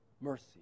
Mercy